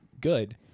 good